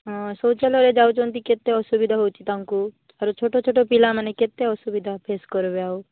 ହଁ ଶୌଚାଳୟରେ ଯାଉଛନ୍ତି କେତେ ଅସୁବିଧା ହେଉଛି ତାଙ୍କୁ ଛୋଟ ଛୋଟ ପିଲାମାନେ କେତେ ଅସୁବିଧା ଫେସ୍ କରିବେ ଆଉ